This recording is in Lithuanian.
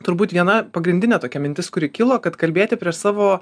turbūt viena pagrindinė tokia mintis kuri kilo kad kalbėti prieš savo